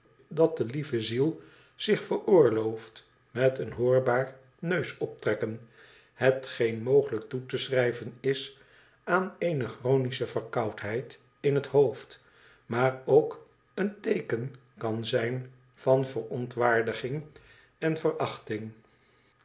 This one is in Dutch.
dat de lieve ziel zich veroorlooft met een hoorbaar neusoptrekken hetgeen mogelijk toe te schrijven is aan eene chronische verkoudheid in het hoofd maar k een teeken kan zijn van verontwaardiging en verachting